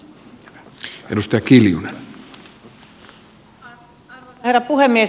arvoisa herra puhemies